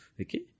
Okay